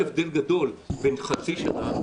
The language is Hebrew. יש הבדל גדול בין חצי שנה,